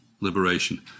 liberation